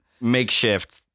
makeshift